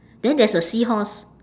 then there's a seahorse